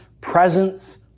presence